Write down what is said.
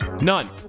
None